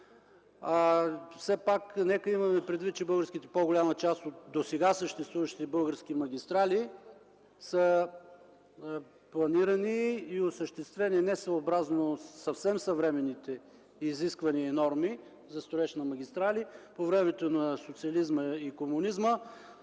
Все пак нека имаме предвид, че по-голямата част от досега съществуващите български магистрали са планирани и осъществени несъобразно съвременните изисквания и норми за строеж на магистрали – по времето на социализма и комунизма.